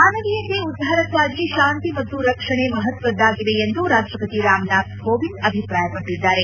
ಮಾನವೀಯತೆ ಉದ್ಧಾರಕ್ಕಾಗಿ ಶಾಂತಿ ಮತ್ತು ರಕ್ಷಣೆ ಮಹತ್ವದ್ದಾಗಿವೆ ಎಂದು ರಾಷ್ಟಪತಿ ರಾಮನಾಥ್ ಕೋವಿಂದ ಅಭಿಪ್ರಾಯಪಟ್ಟಿದ್ದಾರೆ